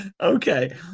Okay